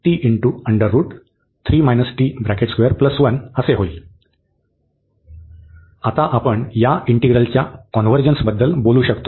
आता आपण या इंटिग्रलच्या कॉन्व्हर्जन्सबद्दल बोलू शकतो